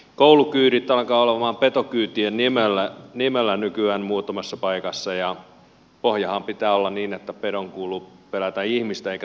koulukyydit alkavat olla petokyytien nimellä nykyään muutamassa paikassa ja pohjanhan pitää olla niin että pedon kuuluu pelätä ihmistä eikä toisinpäin